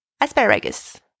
Asparagus